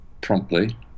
promptly